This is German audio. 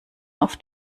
auf